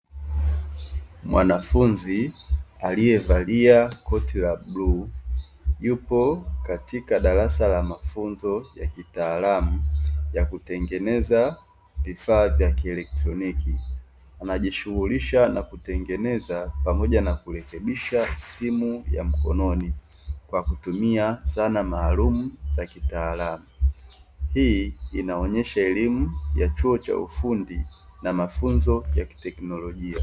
Mwanafunzi aliyevalia koti la bluu yupo katika darasa la mafunzo ya kitaalamu ya kutengeneza vifaa vya kieletroniki. Anajishughulisha na kutengeneza pamoja na kurekebisha simu ya mkononi kwa kutumia zana maalumu za kitaalamu. Hii inaonyesha elimu ya chuo cha ufundi na mafunzo ya kiteknolojia.